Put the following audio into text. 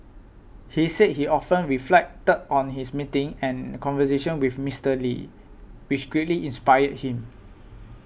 he said he often reflected on his meetings and conversations with Mister Lee which greatly inspired him